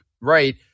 right